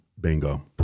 Bingo